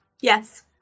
Yes